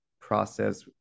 process